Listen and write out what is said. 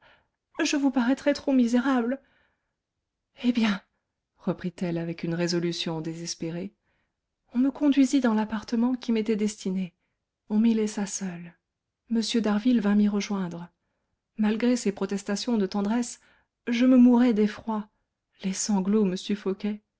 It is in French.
je vous paraîtrais trop méprisable eh bien reprit-elle avec une résolution désespérée on me conduisit dans l'appartement qui m'était destiné on m'y laissa seule m d'harville vint m'y rejoindre malgré ses protestations de tendresse je me mourais d'effroi les sanglots